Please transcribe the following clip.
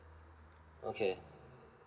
okay